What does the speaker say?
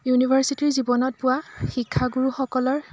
ইউনিভাৰ্ছিটিৰ জীৱনত পোৱা শিক্ষাগুৰুসকল